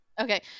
Okay